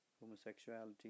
homosexuality